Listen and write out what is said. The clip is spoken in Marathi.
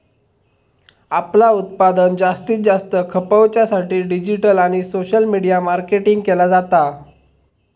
आपला उत्पादन जास्तीत जास्त खपवच्या साठी डिजिटल आणि सोशल मीडिया मार्केटिंग केला जाता